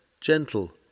gentle